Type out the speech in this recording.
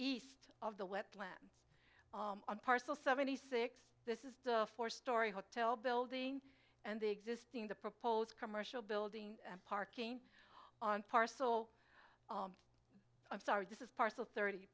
east of the wetlands on parcel seventy six this is a four story hotel building and the existing the proposed commercial building parking on parcel i'm sorry this is parcel thirty